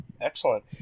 Excellent